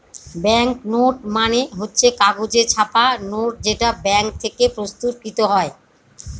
bank note মানে হচ্ছে কাগজে ছাপা নোট যেটা ব্যাঙ্ক থেকে প্রস্তুত কৃত হয়